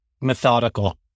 methodical